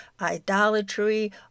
idolatry